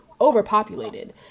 overpopulated